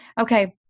okay